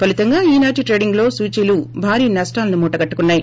ఫలితంగా ఈనాటి ట్రేడింగ్లో సూచీలు భారీ నష్షాలను మూటగట్టుకున్నాయి